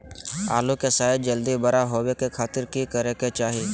आलू के साइज जल्दी बड़ा होबे के खातिर की करे के चाही?